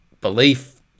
belief